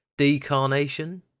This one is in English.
Decarnation